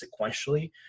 sequentially